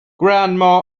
grandma